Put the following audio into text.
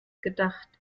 gedacht